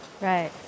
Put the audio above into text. right